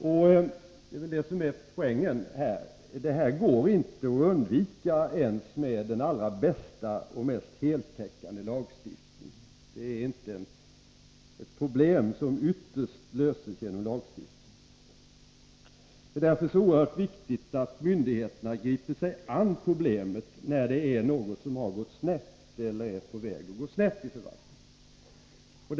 Det är väl detta som är poängen: det här går inte att undvika ens med den allra bästa och mest heltäckande lagstiftning. Detta är inte ett problem som ytterst löses genom lagstiftning. Det är därför så oerhört viktigt att myndigheterna griper sig an problemet när det är något som har gått snett eller är på väg att gå snett i förvaltningen.